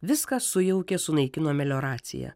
viską sujaukė sunaikino melioracija